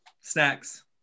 Snacks